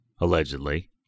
allegedly